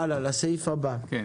אדוני,